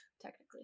Technically